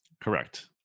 Correct